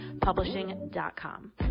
publishing.com